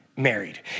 married